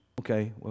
Okay